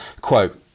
quote